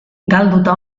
galduta